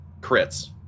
crits